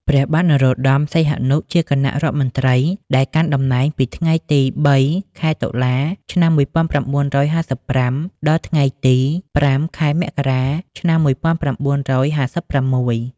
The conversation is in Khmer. ព្រះបាទនរោត្តម សីហនុជាគណៈរដ្ឋមន្ត្រីដែលកាន់តំណែងពីថ្ងៃទី ៣ ខែតុលា ឆ្នាំ១៩៥៥ ដល់ ថ្ងៃទី៥ ខែមករា ឆ្នាំ១៩៥៦។